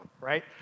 right